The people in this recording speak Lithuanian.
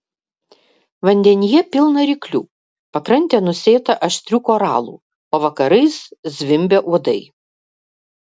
vandenyje pilna ryklių pakrantė nusėta aštrių koralų o vakarais zvimbia uodai